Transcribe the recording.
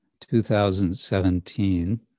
2017